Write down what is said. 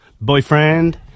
boyfriend